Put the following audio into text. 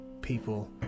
people